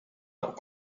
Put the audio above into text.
not